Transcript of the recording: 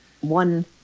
one